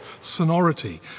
sonority